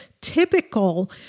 typical